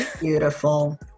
beautiful